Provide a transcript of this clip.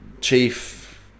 chief